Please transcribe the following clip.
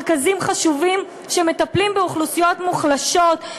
מרכזים חשובים שמטפלים באוכלוסיות מוחלשות,